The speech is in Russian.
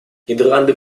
нидерланды